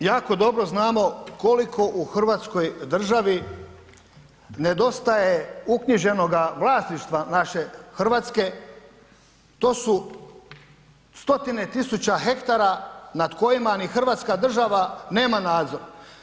Mi jako dobro znamo koliko u hrvatskoj državi nedostaje uknjiženoga vlasništva naše RH, to su stotine tisuća hektara nad kojima ni hrvatska država nema nadzor.